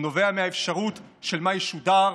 הוא נובע מהאפשרות של מה ישודר,